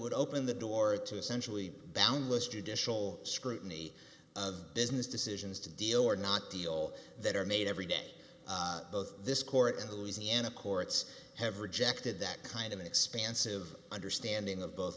would open the door to essentially boundless judicial scrutiny of business decisions to deal or not deal that are made every day both this court and the louisiana courts have rejected that kind of an expansive understanding of both